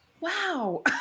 wow